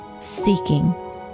seeking